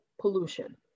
pollution